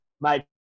mate